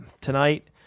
tonight